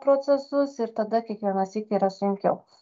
procesus ir tada kiekvieną sykį yra sunkiau